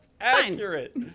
accurate